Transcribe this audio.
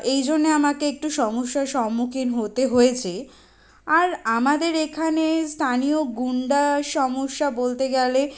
এই জন্যে আমাকে একটু সমস্যার সম্মুখীন হতে হয়েছে আর আমাদের এখানে স্থানীয় গুন্ডা সমস্যা বলতে গেলে